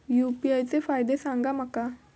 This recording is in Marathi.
यू.पी.आय चे फायदे सांगा माका?